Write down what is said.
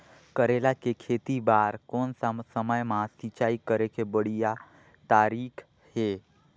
करेला के खेती बार कोन सा समय मां सिंचाई करे के बढ़िया तारीक हे?